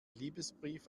liebesbrief